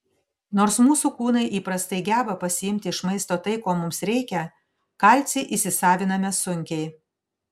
nors mūsų kūnai įprastai geba pasiimti iš maisto tai ko mums reikia kalcį įsisaviname sunkiai